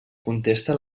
contesta